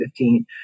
2015